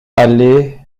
allées